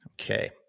Okay